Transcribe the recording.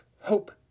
Hope